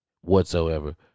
whatsoever